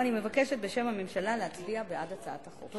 אני מבקשת בשם הממשלה להצביע בעד הצעת החוק.